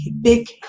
big